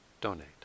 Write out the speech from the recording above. donate